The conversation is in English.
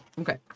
Okay